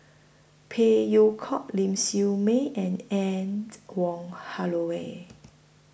Phey Yew Kok Ling Siew May and and Wong Holloway